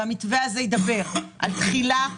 המתווה הזה ידבר על תחילה,